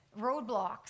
roadblocks